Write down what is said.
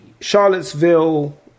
Charlottesville